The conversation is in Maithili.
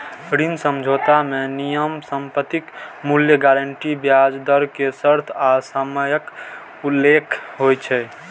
ऋण समझौता मे नियम, संपत्तिक मूल्य, गारंटी, ब्याज दर के शर्त आ समयक उल्लेख होइ छै